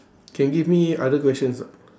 can give me other questions ah